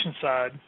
side